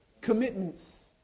commitments